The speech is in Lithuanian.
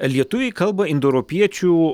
lietuviai kalba indoeuropiečių